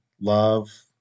love